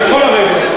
אני יכול לרדת,